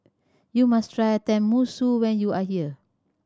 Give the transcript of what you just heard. you must try Tenmusu when you are here